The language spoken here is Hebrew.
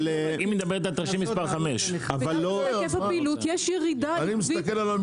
היא מדברת על תרשים מספר 5. ביחס להיקף הפעילות יש ירידה עקבית.